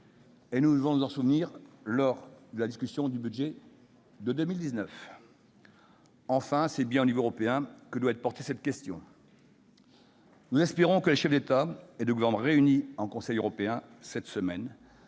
et nous devrons nous en souvenir lors des discussions sur le budget pour 2019. Enfin, c'est bien au niveau européen que doit être portée cette question. Nous espérons que les chefs d'État et de gouvernement réunis en Conseil européen cette semaine